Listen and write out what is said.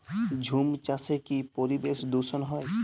ঝুম চাষে কি পরিবেশ দূষন হয়?